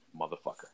motherfucker